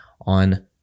on